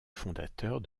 fondateurs